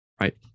right